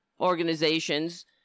organizations